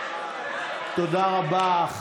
תודה רבה.